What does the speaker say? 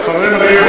חברים,